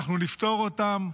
אנחנו נפתור אותן.